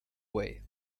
way